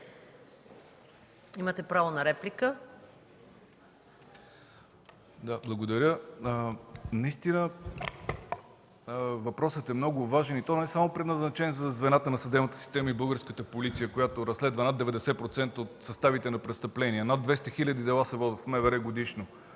Имате право на реплика.